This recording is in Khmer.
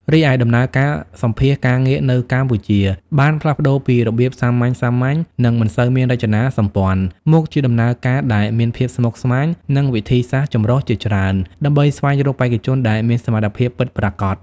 រីឯដំណើរការសម្ភាសន៍ការងារនៅកម្ពុជាបានផ្លាស់ប្ដូរពីរបៀបសាមញ្ញៗ និងមិនសូវមានរចនាសម្ព័ន្ធ មកជាដំណើរការដែលមានភាពស្មុគស្មាញ និងវិធីសាស្រ្តចម្រុះជាច្រើន ដើម្បីស្វែងរកបេក្ខជនដែលមានសមត្ថភាពពិតប្រាកដ។